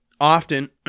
often